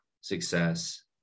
success